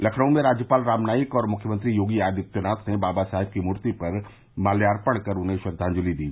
लखनऊ में राज्यपाल राम नाईक और मुख्यमंत्री योगी आदित्यनाथ ने बाबा साहेब की मूर्ति पर माल्यार्पण कर उन्हें श्रद्वाजंति दी